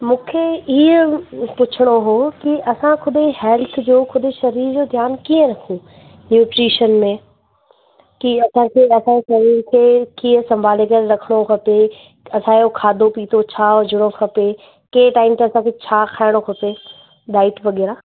मूंखे इअं पुछिणो हुओ की असां ख़ुदि जे हैल्थ जो ख़ुदि जे सरीर जो ध्यानु कीअं रखूं न्यूट्रिशन में की असांखे असांजे सरीर खे कीअं संभाले करे रखिणो खपे असांजो खाधो पीतो छा हुजिणो खपे कहिड़े टाइम ते असांखे छा खाइणो खपे डाइट वग़ैरह